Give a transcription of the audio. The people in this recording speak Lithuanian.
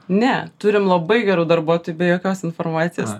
ne turim labai gerų darbuotojų be jokios informacijos